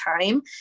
time